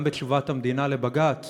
גם בתשובת המדינה לבג"ץ